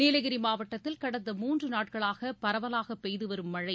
நீலகிரி மாவட்டத்தில் கடந்த மூன்று நாட்களாக பரவலாக பெய்துவரும் மழை